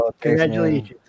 Congratulations